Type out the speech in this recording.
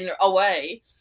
away